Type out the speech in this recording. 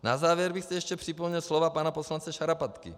Na závěr bych zde ještě připomněl slova pana poslance Šarapatky.